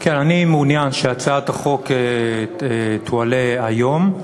כן, אני מעוניין שהצעת החוק תועלה היום,